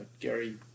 Gary